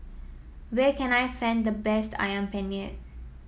where can I find the best ayam penyet